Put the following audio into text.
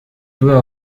peu